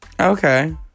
Okay